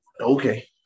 Okay